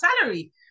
salary